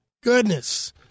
goodness